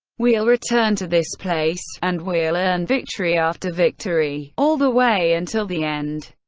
we'll return to this place, and we'll earn victory after victory, all the way until the end.